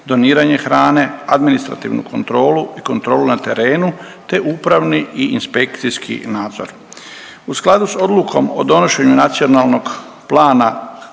doniranje hrane, administrativnu kontrolu i kontrolu na terenu, te upravni i inspekcijski nadzor. U skladu sa Odlukom o donošenju Nacionalnog plana